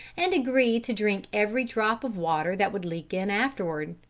and agree to drink every drop of water that would leak in afterward.